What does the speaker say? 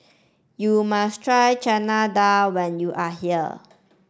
you must try Chana Dal when you are here